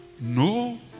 no